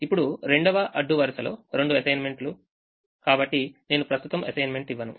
ఇప్పుడు 2వ అడ్డు వరుసలో 2 అసైన్మెంట్లు కాబట్టి నేను ప్రస్తుతం అసైన్మెంట్ ఇవ్వను